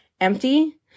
empty